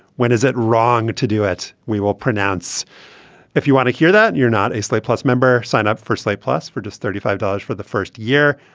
when is it wrong to do it. we will pronounce if you want to hear that you're not a slate plus member. sign up for slate plus for just thirty five dollars for the first year.